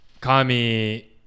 Kami